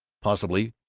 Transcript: possibly,